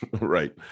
right